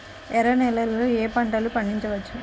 ఎర్ర నేలలలో ఏయే పంటలు పండించవచ్చు?